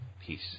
Peace